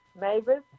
Mavis